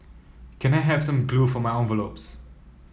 can I have some glue for my envelopes